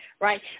Right